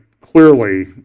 clearly